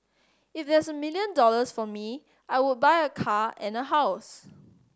if there's a million dollars for me I would buy a car and a house